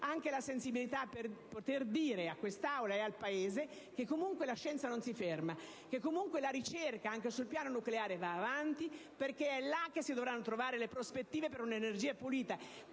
anche la sensibilità per poter dire a quest'Assemblea e al Paese che la scienza non si ferma, che le ricerca sul piano nucleare va avanti, perché è là che si dovranno trovare le prospettive per una energia pulita,